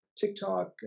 TikTok